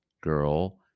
girl